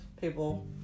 people